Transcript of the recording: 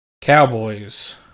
Cowboys